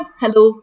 hello